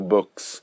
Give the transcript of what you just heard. Books